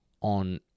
on